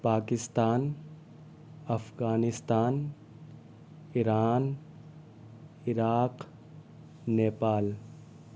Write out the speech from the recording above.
Pakistan Afghanistan Iran Iraq Nepal